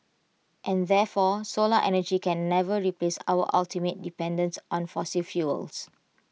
and therefore solar energy can never replace our ultimate dependence on fossil fuels